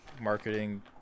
marketing